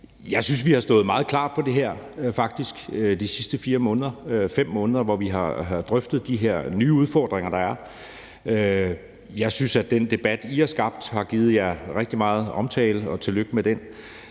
Jeg synes, vi faktisk har stået meget klart på det her område de sidste 4 måneder, 5 måneder, hvor vi har drøftet de her nye udfordringer, der er. Jeg synes, at den debat, I har skabt, har givet jer rigtig meget omtale, og tillykke med den.